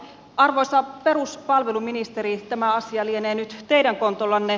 arvoisa peruspalveluministeri tämä asia lienee nyt teidän kontollanne